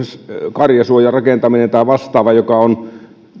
karjasuojan rakentaminen tai vastaava joka on